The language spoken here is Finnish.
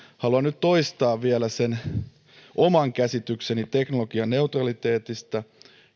haluan nyt vielä toistaa oman käsitykseni teknologianeutraliteetista